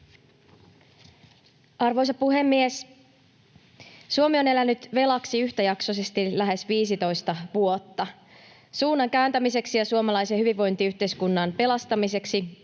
Arvoisa puhemies! Suomi on elänyt velaksi yhtäjaksoisesti lähes 15 vuotta. Suunnan kääntämiseksi ja suomalaisen hyvinvointiyhteiskunnan pelastamiseksi